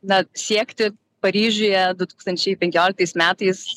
na siekti paryžiuje du tūkstančiai penkioliktais metais